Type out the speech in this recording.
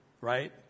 right